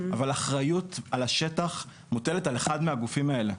אבל אחריות על השטח מוטלת על אחד מהגופים האלה,